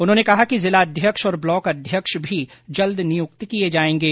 उन्होंने कहा कि जिला अध्यक्ष और ब्लॉक अध्यक्ष भी जल्द नियुक्त किये जाएंगे